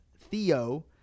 Theo